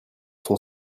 sont